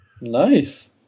nice